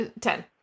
Ten